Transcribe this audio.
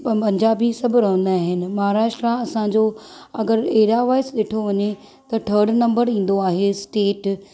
पंजाबी सभु रहंदा आहिनि महाराष्ट्रा असांजो अगर एरिया वाइज़ डि॒ठो वञे त थर्ड नंबर ईंदो आहे स्टेट ऐं